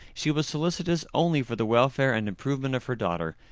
she was solicitous only for the welfare and improvement of her daughter,